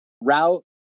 route